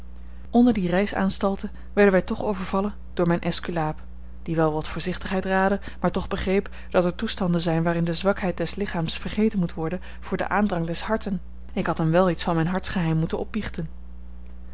onder die reisaanstalten werden wij toch overvallen door mijn esculaap die wel wat voorzichtigheid raadde maar toch begreep dat er toestanden zijn waarin de zwakheid des lichaams vergeten moet worden voor den aandrang des harten ik had hem wel iets van mijn hartsgeheim moeten opbiechten